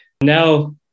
now